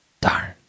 Darn